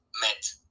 met